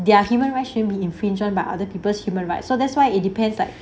they are human regime be infringement by other people's human right so that's why it depends like